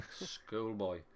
Schoolboy